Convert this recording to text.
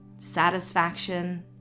satisfaction